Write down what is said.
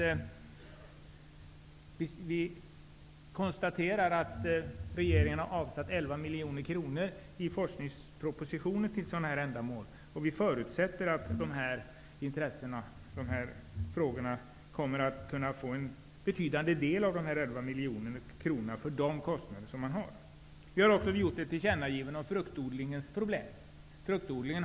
Utskottet konstaterar att regeringen i forskningspropositionen har föreslagit att 11 miljoner kronor skall avsättas för dessa ändamål. Utskottet förutsätter att dessa frågor kommer att kunna tilldelas en betydande del av dessa 11 miljoner kronor. Utskottet har också ett tillkännagivande om problemet med fruktodlingen.